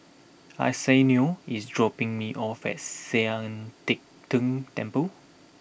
Arsenio is dropping me off at Sian Teck Tng Temple